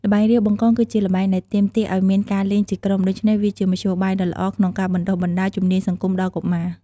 ល្បែង រាវបង្កង គឺជាល្បែងដែលទាមទារឱ្យមានការលេងជាក្រុម ដូច្នេះវាជាមធ្យោបាយដ៏ល្អក្នុងការបណ្តុះបណ្តាលជំនាញសង្គមដល់កុមារ។